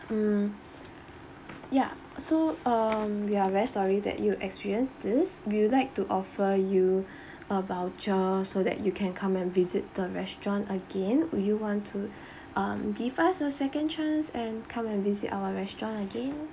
mm ya so um we are very sorry that you experienced this we'll like to offer you a voucher so that you can come and visit the restaurant again would you want to um give us a second chance and come and visit our restaurant again